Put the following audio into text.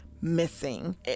missing